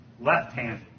left-handed